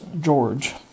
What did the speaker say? George